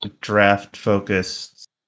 draft-focused